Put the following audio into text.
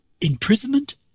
Imprisonment